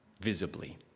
visibly